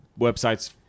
websites